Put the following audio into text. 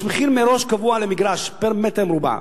יש מחיר מראש, קבוע, למגרש, פר מטר מרובע,